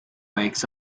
wakes